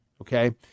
Okay